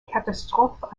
catastrophe